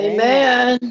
Amen